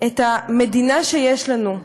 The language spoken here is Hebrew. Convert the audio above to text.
את המדינה שיש לנו.